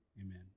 amen